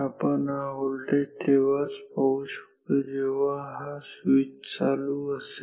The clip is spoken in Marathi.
आपण हा व्होल्टेज तेव्हाच पाहू शकतो जेव्हा हा स्विच चालू असेल